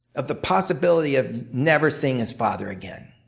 of the possibility of never seeing his father again.